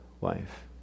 life